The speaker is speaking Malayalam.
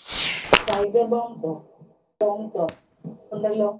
ടൈഗർ പ്രോൺസോ പ്രോൺസോ ഉണ്ടല്ലോ